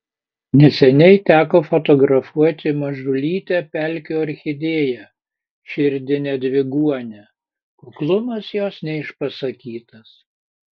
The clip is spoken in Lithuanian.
neseniai teko fotografuoti mažulytę pelkių orchidėją širdinę dviguonę kuklumas jos neišpasakytas